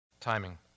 timing